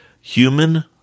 Human